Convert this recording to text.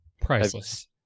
Priceless